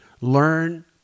learn